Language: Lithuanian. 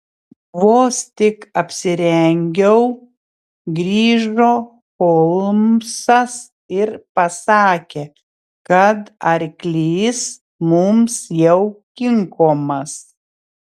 vos tik apsirengiau grįžo holmsas ir pasakė kad arklys mums jau kinkomas